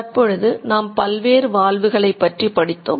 தற்பொழுது நாம் பல்வேறு வால்வுகளை பற்றி படித்தோம்